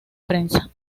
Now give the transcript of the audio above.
prensa